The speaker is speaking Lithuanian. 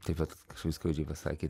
tai vat kažkas skaudžiai pasakė